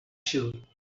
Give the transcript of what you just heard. show